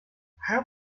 how